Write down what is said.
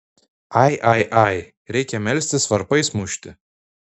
ai ai ai reikia melstis varpais mušti